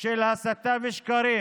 של הסתה ושקרים